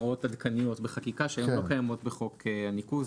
הוראות עדכניות בחקיקה שלא קיימות בחוק הניקוז.